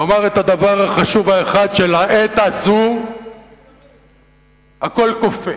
לומר את הדבר החשוב האחד, שלעת הזו הכול קופא,